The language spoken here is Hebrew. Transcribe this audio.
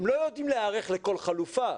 הם לא יודעים להיערך לכל חלופה.